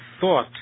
thought